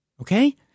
Okay